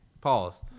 Pause